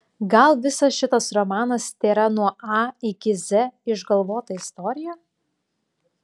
gal visas šitas romanas tėra nuo a iki z išgalvota istorija